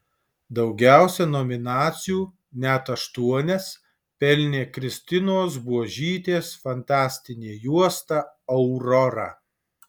daugiausiai nominacijų net aštuonias pelnė kristinos buožytės fantastinė juosta aurora